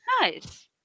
nice